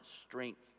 strength